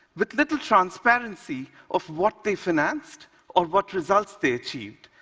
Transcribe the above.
with little transparency of what they financed or what results they achieved.